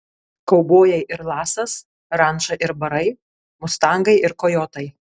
kaubojai ir lasas ranča ir barai mustangai ir kojotai